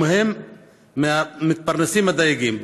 ומהם מתפרנסים הדייגים.